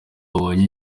wabonye